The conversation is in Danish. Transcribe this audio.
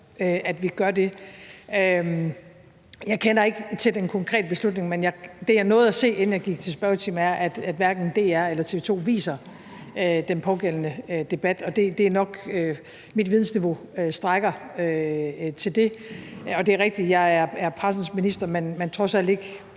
at vi gør det. Jeg kender ikke til den konkrete beslutning, men det, jeg nåede at se, inden jeg gik til spørgetimen, er, at hverken DR eller TV 2 viser den pågældende debat, og det er nok det, mit vidensniveau strækker til. Og det er rigtigt, at jeg er pressens minister, men trods alt ikke